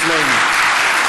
אצלנו.